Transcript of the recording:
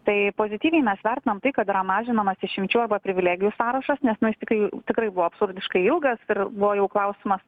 tai pozityviai mes vertinam tai kad yra mažinamas išimčių arba privilegijų sąrašas nes na jis tikrai tikrai buvo absurdiškai ilgas ir buvo jau klausimas